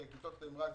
כי הן רק גדלות.